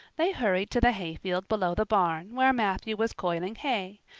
they hurried to the hayfield below the barn where matthew was coiling hay,